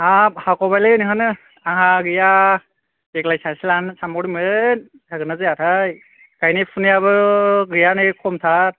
हाब हागबायलै नोहानो आहा गैया देग्लाय सासे लानो सानबावदोंमोन जागोन ना जायाथाय गायनाय फुनायाबो गैया नै खमथार